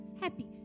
happy